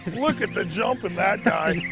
look at the jump in that guy.